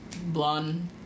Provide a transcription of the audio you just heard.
blonde